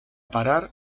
parar